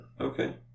Okay